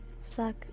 Suck